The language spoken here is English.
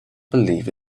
believe